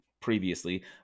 previously